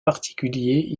particulier